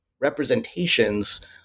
representations